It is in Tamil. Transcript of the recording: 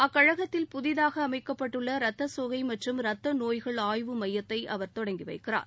அக்கழகத்தில் புதிதாகஅமைக்கப்பட்டுள்ள ரத்த சோகை மற்றும் ரத்த நோய்கள் ஆய்வு மையத்தை அவர் தொடங்கி வைக்கிறார்